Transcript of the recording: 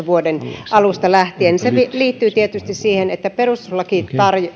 vuoden kaksituhattaseitsemäntoista alusta lähtien se liittyy tietysti siihen että perustuslaki